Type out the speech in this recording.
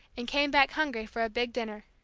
and came back hungry for a big dinner.